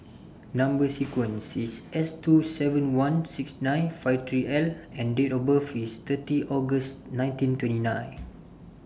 Number sequence IS S two seven one nine six five three L and Date of birth IS thirty August nineteen twenty nine